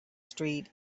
street